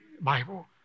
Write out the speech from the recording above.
Bible